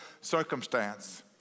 circumstance